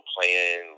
playing